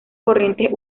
corrientes